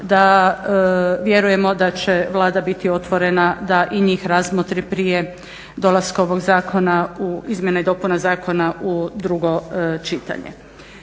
da vjerujemo da će Vlada biti otvorena da i njih razmotri prije dolaska ovog zakona, izmjena i dopuna zakona u drugo čitanje.